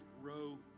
row